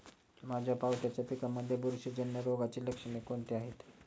माझ्या पावट्याच्या पिकांमध्ये बुरशीजन्य रोगाची लक्षणे कोणती आहेत?